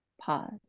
pause